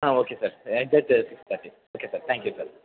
ಹಾಂ okay sir exact six thirty okay sir thank you sir